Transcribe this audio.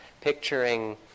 picturing